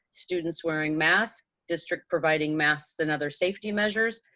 students wearing masks, district providing masks and other safety measures,